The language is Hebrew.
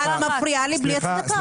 את מפריעה לי בלי הצדקה.